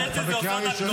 די, רון, אתה בקריאה ראשונה.